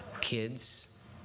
kids